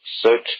Search